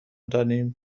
دادیم